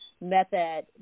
method